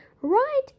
right